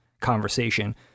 conversation